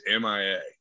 MIA